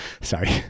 sorry